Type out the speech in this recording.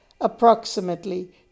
approximately